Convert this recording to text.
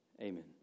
Amen